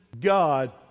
God